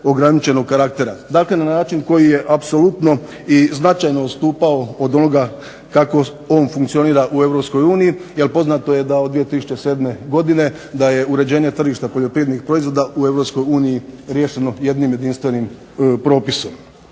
ograničenog karaktera, dakle na način koji je apsolutno i značajno odstupao od onoga kako on funkcionira u Europskoj uniji, jer poznato je da od 2007. godine uređenje tržišta poljoprivrednih proizvoda u Europskoj uniji riješeno jednim jedinstvenim propisom.